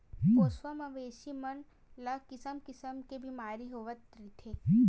पोसवा मवेशी मन ल किसम किसम के बेमारी होवत रहिथे